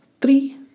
three